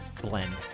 blend